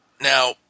Now